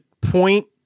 point